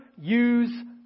use